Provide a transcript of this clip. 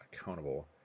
accountable